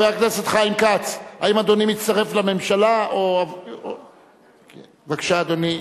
ארבעה בעד, 22 נגד, אין נמנעים.